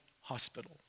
hospital